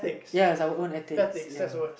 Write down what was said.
yes our own ethics ya